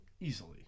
Easily